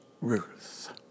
Ruth